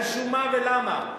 על שום מה ולמה?